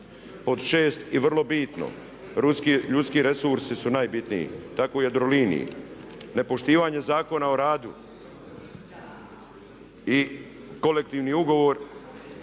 Pod šest i vrlo bitno ljudski resursi su najbitniji tako i u Jadroliniji. Nepoštivanje Zakona o radu i kolektivni ugovor